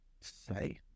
say